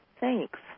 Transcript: Thanks